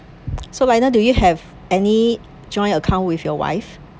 so lional do you have any joint account with your wife